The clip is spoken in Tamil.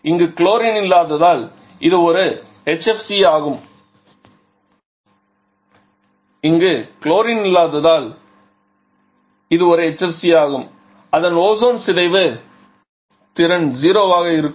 இங்கு குளோரின் இல்லாததால் இது ஒரு HFC ஆகும் எனவே அதன் ஓசோன் சிதைவு திறன் 0 ஆக இருக்கும்